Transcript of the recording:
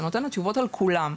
זה נותן לה תשובות על כולם,